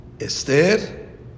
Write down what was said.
Esther